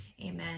Amen